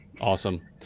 Awesome